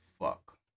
fuck